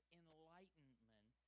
enlightenment